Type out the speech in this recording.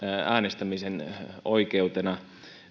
äänestämisen oikeutena